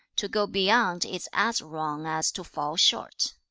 to go beyond is as wrong as to fall short